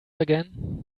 again